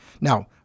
Now